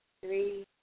Three